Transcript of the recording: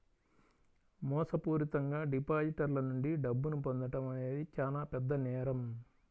మోసపూరితంగా డిపాజిటర్ల నుండి డబ్బును పొందడం అనేది చానా పెద్ద నేరం